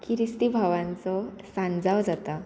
किरिस्ती भावांचो सांजाव जाता